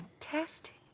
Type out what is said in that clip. fantastic